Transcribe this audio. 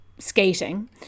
Skating